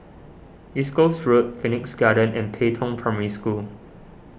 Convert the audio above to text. East Coast Road Phoenix Garden and Pei Tong Primary School